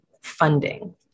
funding